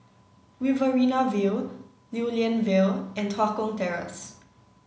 Riverina View Lew Lian Vale and Tua Kong Terrace